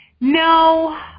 No